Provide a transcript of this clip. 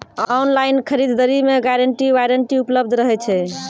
Online खरीद दरी मे गारंटी वारंटी उपलब्ध रहे छै?